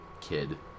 kid